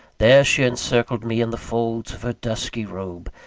there, she encircled me in the folds of her dusky robe,